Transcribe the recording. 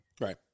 right